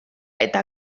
eta